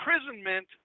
imprisonment